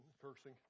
cursing